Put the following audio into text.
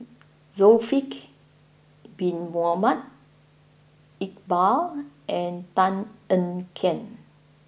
Bin Mohamed Iqbal and Tan Ean Kiam